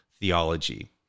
theology